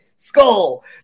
Skull